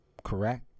correct